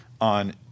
on